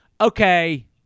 okay